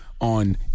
on